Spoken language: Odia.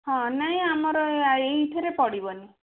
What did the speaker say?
ହଁ ନାହିଁ ଆମର ଏଇଥିରେ ପଡ଼ିବନି